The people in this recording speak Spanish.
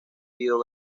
herido